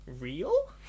Real